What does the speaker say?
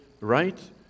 right